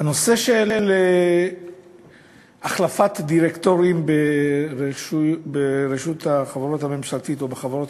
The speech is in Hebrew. הנושא של החלפת דירקטורים ברשות החברות הממשלתית או בחברות